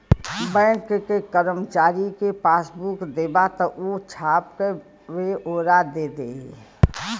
bank के करमचारी के पासबुक देबा त ऊ छाप क बेओरा दे देई